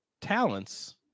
Talents